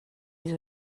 les